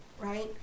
right